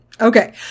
Okay